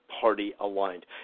party-aligned